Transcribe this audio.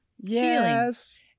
Yes